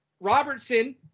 Robertson